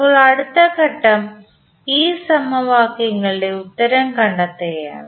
ഇപ്പോൾ അടുത്ത ഘട്ടം ഈ സമവാക്യങ്ങളുടെ ഉത്തരം കണ്ടെത്തുകയാണ്